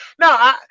No